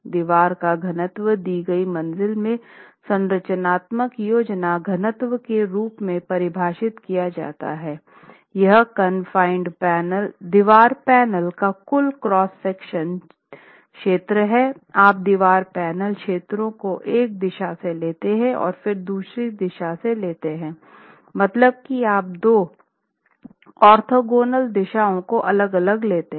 दीवार का घनत्व दी गई मंज़िल में संरचनात्मक योजना घनत्व के रूप में परिभाषित किया जाता है यह कानफाइनेड दीवार पैनल का कुल क्रॉस सेक्शनल क्षेत्र है आप दीवार पैनल क्षेत्रों को एक दिशा से लेते हैं और फिर दूसरी दिशा से लेते हैं मतलब की आप दो ऑर्थोगोनल दिशाओं को अलग अलग लेते हैं